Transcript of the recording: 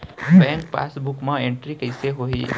Bank passbook मा entry कइसे होही?